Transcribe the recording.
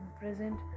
present